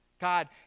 God